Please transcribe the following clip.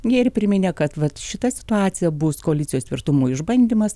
jie ir priminė kad vat šita situacija bus koalicijos tvirtumo išbandymas